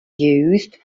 used